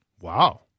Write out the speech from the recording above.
Wow